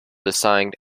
designed